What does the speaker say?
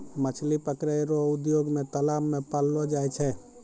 मछली पकड़ै रो उद्योग मे तालाब मे पाललो जाय छै